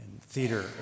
theater